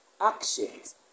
actions